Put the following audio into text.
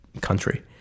country